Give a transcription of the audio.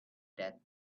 that